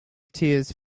tears